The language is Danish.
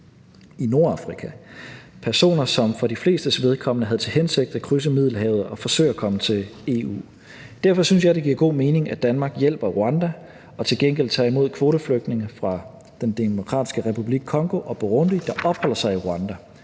i Nordafrika. Det er personer, som for de flestes vedkommende havde til hensigt at krydse Middelhavet og forsøge at komme til EU. Derfor synes jeg, det giver god mening, at Danmark hjælper Rwanda og til gengæld tager imod kvoteflygtninge fra Den Demokratiske Republik Congo og Burundi, der opholder sig i Rwanda.